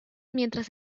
mientras